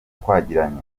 twagiranye